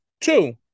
Two